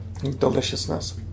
Deliciousness